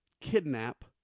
kidnap